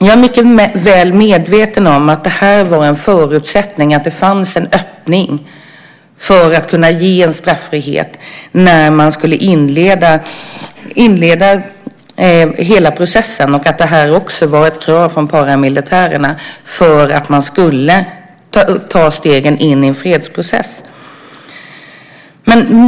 Jag är mycket väl medveten om att en förutsättning för att man skulle inleda hela processen var att det fanns en öppning för att kunna ge straffrihet. Det var också ett krav från paramilitärerna för att man skulle ta stegen in i en fredsprocess.